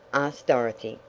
asked dorothy.